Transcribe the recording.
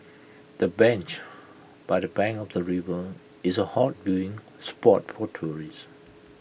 the bench by the bank of the river is A hot viewing spot for tourists